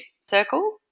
circle